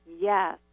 yes